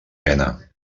pena